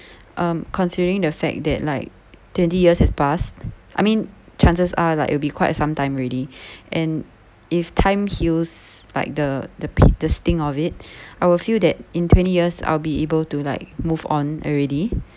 um considering the fact that like twenty years has passed I mean chances are like it'll be quite some time already and if time heals like the the p~ the sting of it I will feel that in twenty years I'll be able to like move on already